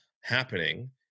happening